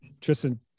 Tristan